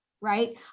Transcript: right